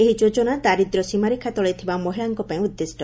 ଏହି ଯୋଜନା ଦାରିଦ୍ର୍ୟ ସୀମାରେଖା ତଳେ ଥିବା ମହିଳାଙ୍କ ପାଇଁ ଉଦିଷ